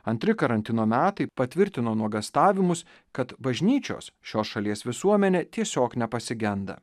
antri karantino metai patvirtino nuogąstavimus kad bažnyčios šios šalies visuomenė tiesiog nepasigenda